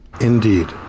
Indeed